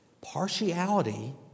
partiality